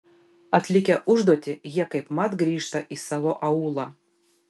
atlikę užduotį jie kaipmat grįžta į savo aūlą